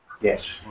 Yes